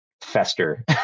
fester